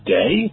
day